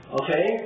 okay